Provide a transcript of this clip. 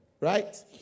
Right